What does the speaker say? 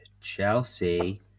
Chelsea